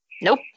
Nope